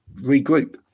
regroup